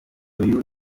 uyu